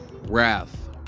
wrath